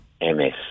MS